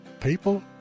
People